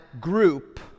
group